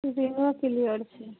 टिफिनो clear छै